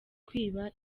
kwiba